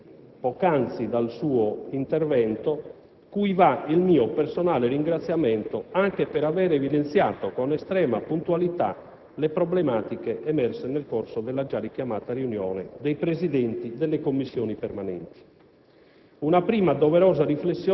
rafforzate poc'anzi dal suo intervento - cui va il mio personale ringraziamento anche per aver evidenziato con estrema puntualità le problematiche emerse nel corso della già richiamata riunione dei Presidenti delle Commissioni permanenti.